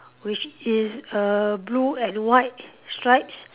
which is err blue and white stripes